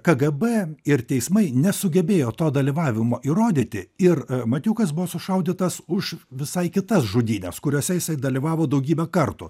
kgb ir teismai nesugebėjo to dalyvavimo įrodyti ir matiukas buvo sušaudytas už visai kitas žudynes kuriose jisai dalyvavo daugybę kartų